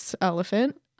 elephant